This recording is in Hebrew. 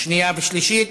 שנייה ושלישית.